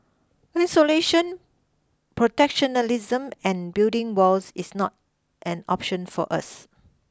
isolation protectionism and building walls is not an option for us